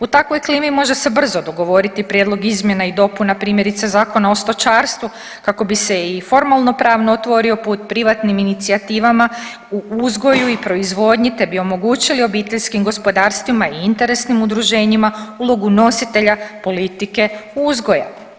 U takvoj klimi može se brzo dogovoriti prijedlog izmjena i dopuna primjerice Zakona o stočarstvu kako bi se i formalnopravno otvorio put privatnim inicijativama u uzgoju i proizvodnji, te bi omogućili obiteljskim gospodarstvima i interesnim udruženjima ulogu nositelja politike uzgoja.